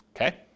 Okay